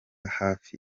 hafi